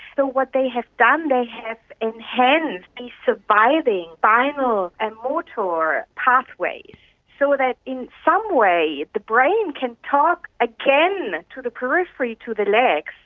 so what they have done, they and have enhanced these surviving final and motor pathways so that in some way the brain can talk again to the periphery, to the legs,